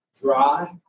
dry